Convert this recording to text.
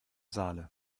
saale